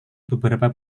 beberapa